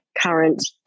current